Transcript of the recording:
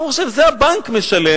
הוא חושב: זה הבנק משלם,